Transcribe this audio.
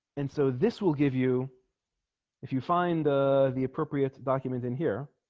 and so this will give you if you find the appropriate document in here